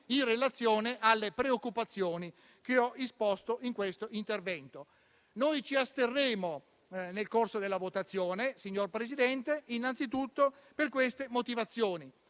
in relazione alle preoccupazioni che ho esposto in questo intervento. Noi ci asterremo nel corso della votazione, signor Presidente, innanzitutto per queste motivazioni.